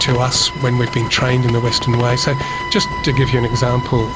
to us when we've been trained in the western way. so just to give you an example,